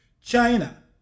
China